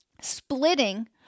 Splitting